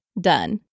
Done